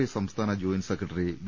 I സംസ്ഥാന joint secretary V